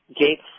gates